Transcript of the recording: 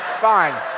fine